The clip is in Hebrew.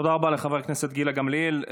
תודה רבה לחברת הכנסת גילה גמליאל.